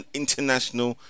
international